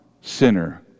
sinner